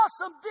awesome